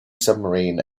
submarine